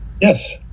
Yes